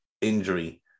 injury